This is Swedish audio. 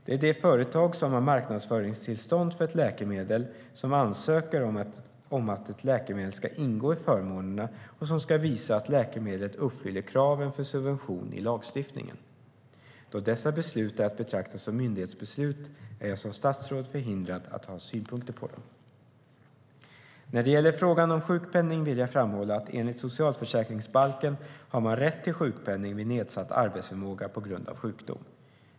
Det är det företag som har marknadsföringstillstånd för ett läkemedel som ansöker om att ett läkemedel ska ingå i förmånerna och som ska visa att läkemedlet uppfyller kraven för subvention i lagstiftningen. Då dessa beslut är att betrakta som myndighetsbeslut är jag som statsråd förhindrad att ha synpunkter på dem. När det gäller frågan om sjukpenning vill jag framhålla att enligt socialförsäkringsbalken har man rätt till sjukpenning vid nedsatt arbetsförmåga på grund av sjukdom.